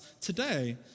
today